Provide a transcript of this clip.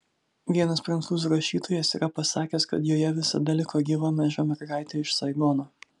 vienas prancūzų rašytojas yra pasakęs kad joje visada liko gyva maža mergaitė iš saigono